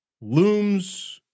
looms